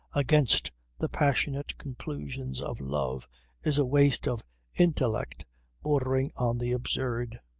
against the passionate conclusions of love is a waste of intellect bordering on the absurd.